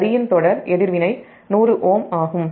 வரியின் தொடர் எதிர்வினை 100Ω ஆகும்